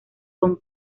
son